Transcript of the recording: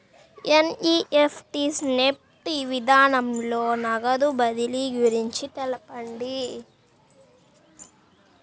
NEFT NEFT విధానంలో నగదు బదిలీ గురించి తెలుపండి?